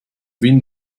wind